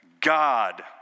God